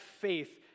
faith